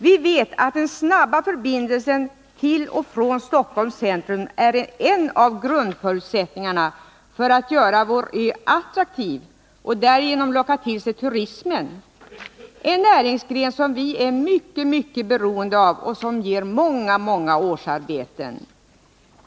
Vi vet att den snabba förbindelsen till och från Stockholms centrum är en av grundförutsättningarna för att göra vår ö attraktiv och därigenom locka till sig turismen, en näringsgren som vi är mycket, mycket beroende av och som ger många, många årsarbeten.